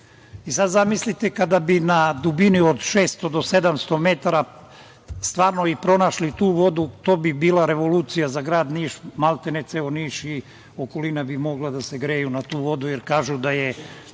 Sad zamislite kada bi na dubini od 600 do 700 metara stvarno i pronašli tu vodu, to bi bila revolucija za grad Niš, jer bi maltene ceo Niš i okolina mogli da se greju na tu vodu, jer kažu da je